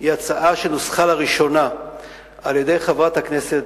היא הצעה שנוסחה לראשונה על-ידי חברת הכנסת